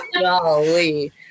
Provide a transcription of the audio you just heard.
Golly